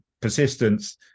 persistence